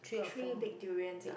three bag durians ah